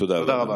תודה רבה.